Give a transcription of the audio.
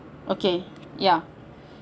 okay ya